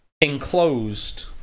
enclosed